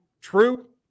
true